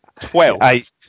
Twelve